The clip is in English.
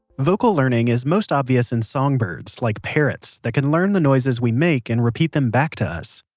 vocal learning is most obvious in songbirds like parrots that can learn the noises we make and repeat them back to us.